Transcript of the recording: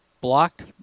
blocked